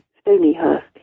Stonyhurst